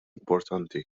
importanti